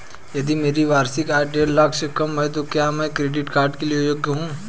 यदि मेरी वार्षिक आय देढ़ लाख से कम है तो क्या मैं क्रेडिट कार्ड के लिए योग्य हूँ?